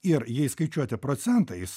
ir jei skaičiuoti procentą jis